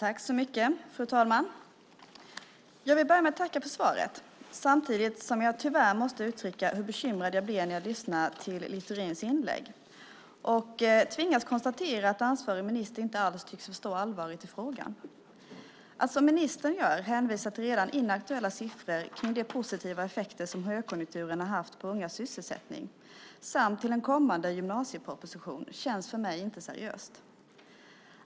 Fru talman! Jag vill börja med att tacka för svaret samtidigt som jag tyvärr måste uttrycka hur bekymrad jag blev när jag lyssnade till Littorins inlägg. Jag tvingas konstatera att ansvarig minister inte alls tycks förstå allvaret i frågan. Att, som ministern gör, hänvisa till redan inaktuella siffror för de positiva effekter som högkonjunkturen har haft på ungas sysselsättning samt till en kommande gymnasieproposition känns för mig inte seriöst.